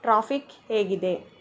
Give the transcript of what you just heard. traffic ಹೇಗಿದೆ